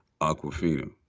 Aquafina